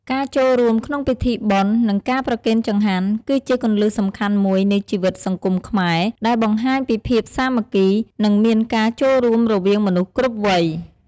ការចូលរួមក្នុងពិធីបុណ្យ និងការប្រគេនចង្ហាន់ គឺជាគន្លឹះសំខាន់មួយនៃជីវិតសង្គមខ្មែរ ដែលបង្ហាញពីភាពសាមគ្គី និងមានការចូលរួមរវាងមនុស្សគ្រប់វ័យ។